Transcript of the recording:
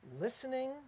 listening